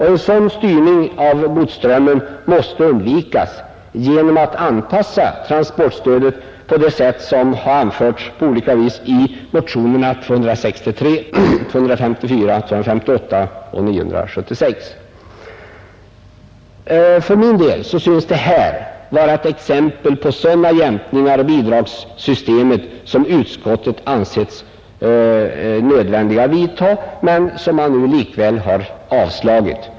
En sådan styrning av godsströmmen måste undvikas genom att transportstödet anpassas på det sätt som anförts i motionerna 263, 254, 258 och 976. För mig synes detta vara ett exempel på sådana jämkningar i bidragssystemet som utskottet ansett det nödvändigt att vidtaga, men som nu likväl avslagits.